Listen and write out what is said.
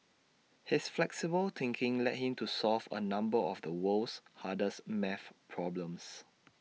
his flexible thinking led him to solve A number of the world's hardest math problems